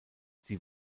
sie